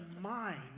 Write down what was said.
mind